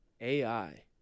AI